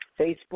Facebook